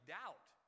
doubt